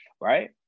right